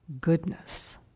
goodness